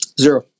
Zero